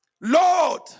Lord